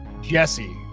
Jesse